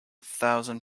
thousand